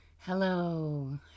Hello